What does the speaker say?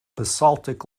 basaltic